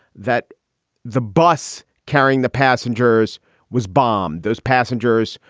that the bus carrying the passengers was bombed. those passengers,